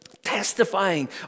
testifying